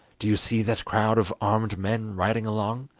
do you see that crowd of armed men riding along?